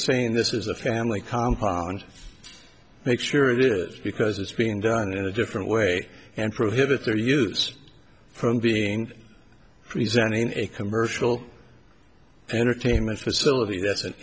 saying this is a family compound make sure it's because it's being done in a different way and prohibit their use from being present in a commercial entertainment facility that's an